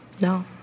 No